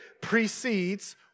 precedes